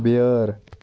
بیٲر